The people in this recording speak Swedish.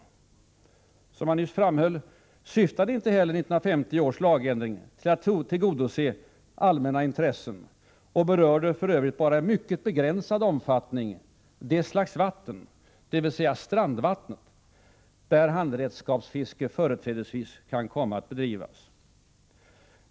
Som jag nyss framhöll syftade inte heller 1950 års lagändring till att tillgodose allmänna intressen och berörde för övrigt bara i mycket begränsad omfattning det slags vatten, dvs. strandvatten, där handredskapsfiske företrädesvis kan komma att bedrivas.